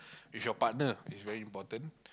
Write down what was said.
with your partner is very important